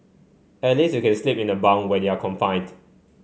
at least you can sleep in the bunk when you're confined